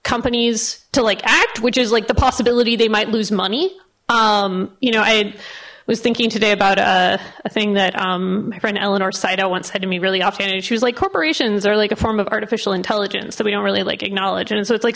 companies to like act which is like the possibility they might lose money um you know i was thinking today about a thing that um for an eleanor saito once said to me really opportunity shoes like corporations are like a form of artificial intelligence so we don't really like acknowledge and so it's like